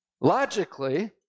Logically